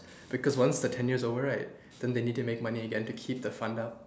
because once the tenure is over right then they need to make money again to keep the fund up